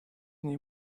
nii